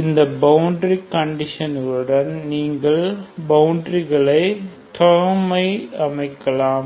இந்த பவுண்டரி கண்டிஷன்களுடன் நீங்கள் பவுண்டரிகளை டேர்ம் ஐ அமைக்கலாம்